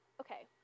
okay